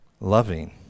loving